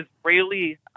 Israeli